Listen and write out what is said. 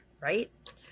right